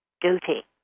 duty